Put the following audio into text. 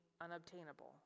unobtainable